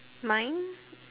mine